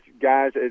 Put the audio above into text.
guys